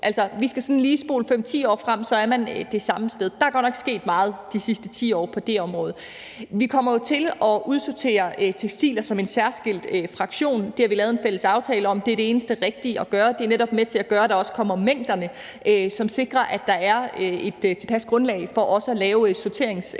Altså, vi skal sådan lige spole 5-10 år frem, og så er man det samme sted. Der er godt nok sket meget i de sidste 10 år på det område. Vi kommer jo til at udsortere tekstiler som en særskilt fraktion. Det har vi lavet en fælles aftale om. Det er det eneste rigtige at gøre, og det er netop også med til at gøre, at der kommer de mængder, som sikrer, at der er et tilpas grundlag for at lave et sorteringsanlæg